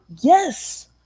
Yes